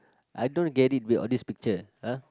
I don't get it on this picture !huh!